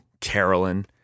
Carolyn